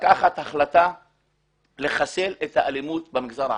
לקחת החלטה לחסל את האלימות במגזר הערבי.